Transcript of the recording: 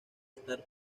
estar